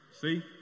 See